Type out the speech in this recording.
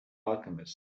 alchemist